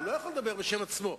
הוא לא יכול לדבר בשם עצמו.